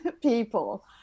people